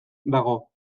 dago